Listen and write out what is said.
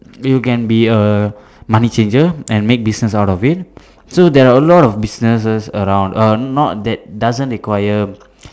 you can be a money changer and make business out of it so there are a lot of businesses around err not that doesn't require